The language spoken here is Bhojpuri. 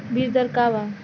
बीज दर का वा?